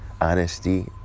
honesty